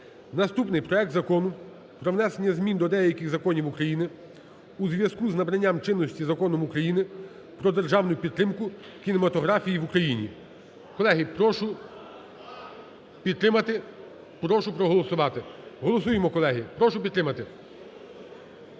Наступний, проект Закону про внесення змін до деяких законів України у зв'язку з набранням чинності Законом України "Про державну підтримку кінематографії в Україні". Колеги, прошу підтримати, прошу проголосувати. Голосуємо, колеги, прошу підтримати.